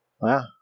Wow